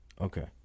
Okay